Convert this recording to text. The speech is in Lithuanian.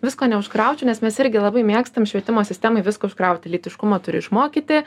visko neužkraučiau nes mes irgi labai mėgstam švietimo sistemai viską užkrauti lytiškumą turi išmokyti